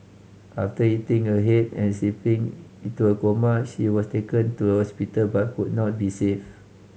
after hitting her head and slipping into a coma she was taken to hospital but could not be saved